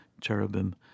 cherubim